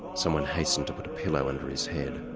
someone hastened to put a pillow under his head.